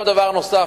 דבר נוסף,